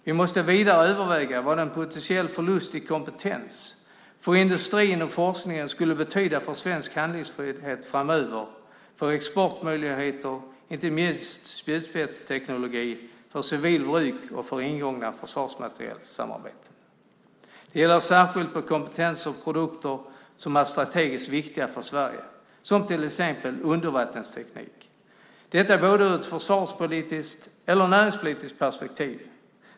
Vi måste vidare överväga vad en potentiell förlust i kompetens för industrin och forskningen skulle betyda för svensk handlingsfrihet framöver, för exportmöjligheter, inte minst spjutspetsteknologi för civilt bruk och för ingångna försvarsmaterielsamarbeten. Det gäller särskilt för kompetens och produkter som är strategiskt viktiga för Sverige, som till exempel undervattensteknik, detta både ur ett försvarspolitiskt och ur ett näringspolitiskt perspektiv.